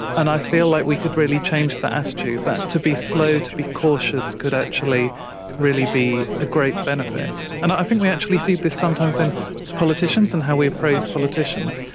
and i feel like we could really change that attitude, that to be slow, to be cautious could actually really be a great benefit. and i think we actually see this sometimes in politicians and how we appraise politicians.